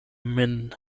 min